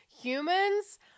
Humans